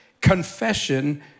confession